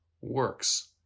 works